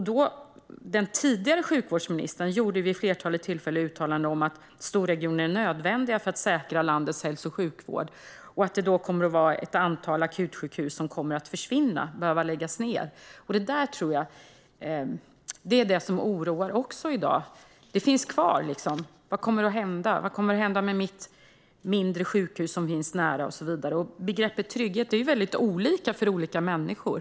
Den tidigare sjukvårdsministern uttalade vid ett flertal tillfällen att storregioner var nödvändiga för att säkra landets hälso och sjukvård och att ett antal akutsjukhus då skulle läggas ned. Detta tror jag oroar fortfarande. Vad kommer att hända med mitt närsjukhus? Trygghet innebär olika saker för olika människor.